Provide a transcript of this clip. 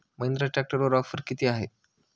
महिंद्रा ट्रॅक्टरवर ऑफर किती आहे?